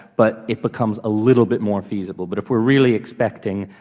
but it becomes a little bit more feasible. but if we're really expecting